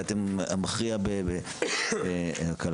ואתם המכריע בהקלה.